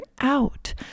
out